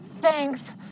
thanks